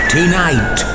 Tonight